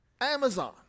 Amazon